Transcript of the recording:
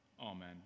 Amen